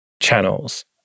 channels